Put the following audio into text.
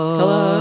Hello